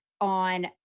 on